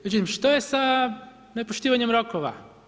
Međutim, šta je sa nepoštivanje rokova.